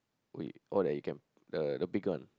wait oh that you can the the bigger one